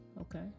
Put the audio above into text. okay